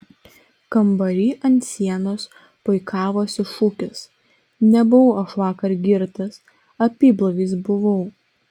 kambary ant sienos puikavosi šūkis nebuvau aš vakar girtas apyblaivis buvau